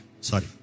Sorry